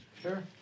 sure